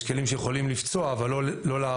יש כלים שיכולים לפצוע אבל לא להרוג,